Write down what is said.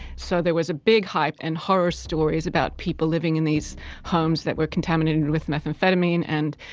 so there was a big hype and horror stories about people living in these homes that were contaminated with methamphetamine and